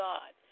God